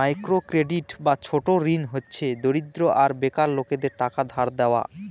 micro credit বা ছোট ঋণ হচ্ছে দরিদ্র আর বেকার লোকেদের টাকা ধার দেওয়া